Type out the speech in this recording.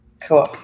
Cool